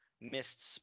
missed